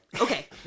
Okay